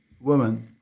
woman